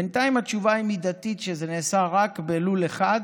בינתיים התשובה היא מידתית: זה נעשה רק בלול אחד,